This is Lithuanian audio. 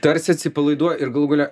tarsi atsipalaiduoja ir galų gale